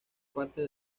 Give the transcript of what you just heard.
partes